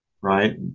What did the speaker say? right